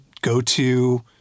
go-to